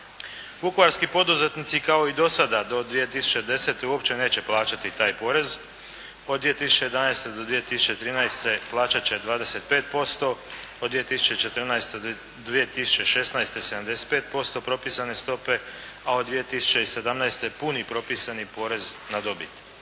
Vukovarski poduzetnici kao i do sada, do 2010. uopće neće plaćati taj porez. Od 2011. do 2013. plaćat će 25%. Od 2014. do 2016. 75% propisane stope, a od 2017. puni propisani porez na dobit.